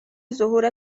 ظهور